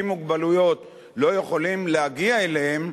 עם מוגבלויות לא יכולים להגיע אליהם,